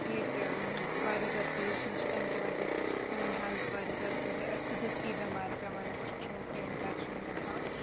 ییٚتہِ وارِیاہ زیادٕ پوٚلوٗشَن چھِ تَمہِ کہِ وجہ سۭتۍ چھِ سٲنۍ ہٮ۪لٕتھ وارِیاہ زیادٕ فِٹ أسۍ چھِ دٔستی بٮ۪مار پٮ۪وان اَسہِ چھِ کیٚنٛہہ نَتہٕ کیٚنٛہہ اِنفٮ۪کشَن گژھان